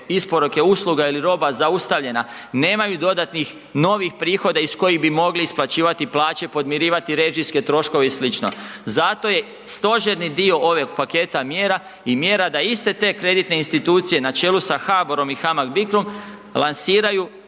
isporuke usluga ili roba zaustavljena, nemaju dodatnih novih prihoda iz kojih bi mogli isplaćivati plaće i podmirivati režijske troškove i slično, zato je stožerni dio ovog paketa mjera i mjera da iste te kreditne institucije na čelu sa HBOR-om i HAMAG-BICRO-om lansiraju